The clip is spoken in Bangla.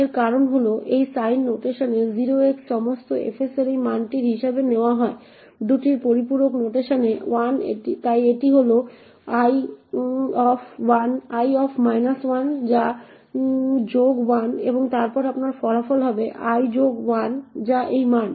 এর কারণ হল যে সাইন নোটেশনে 0x সমস্ত fs এর এই মানটি হিসাবে নেওয়া হয় দুইটির পরিপূরক নোটেশনে 1 তাই এটি হল l of 1 যা যোগ 1 এবং তাই আপনার ফলাফল হবে l যোগ 1 যা এই মান